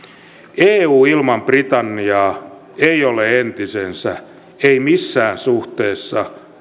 eu ilman britanniaa ei ole entisensä ei missään suhteessa